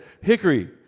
Hickory